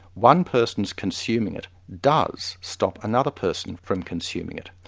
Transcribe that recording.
one person's consuming it does stop another person from consuming it,